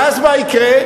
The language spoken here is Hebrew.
ואז, מה יקרה?